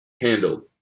handled